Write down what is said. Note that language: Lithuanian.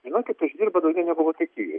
žinokit uždirba daugiau negu vokietijoj